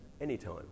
anytime